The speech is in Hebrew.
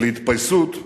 ולהתפייסות,